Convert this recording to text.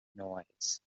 noise